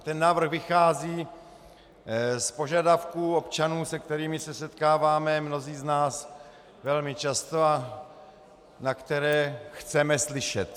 Ten návrh vychází z požadavků občanů, se kterými se setkáváme mnozí z nás velmi často a na které chceme slyšet.